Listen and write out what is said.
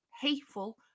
hateful